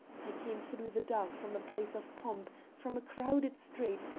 i came through the dark from a place of pomp, from a crowded street,